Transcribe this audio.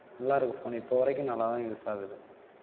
நல்லாயிருக்கு ஃபோன் இப்போது வரைக்கும் நல்லாதான் யூஸ் ஆகுது